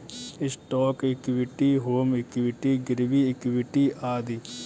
stock equity, home equity, गिरवी equity आदि